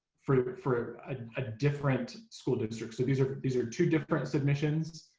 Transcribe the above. for but for ah a different school district. so these are these are two different submissions.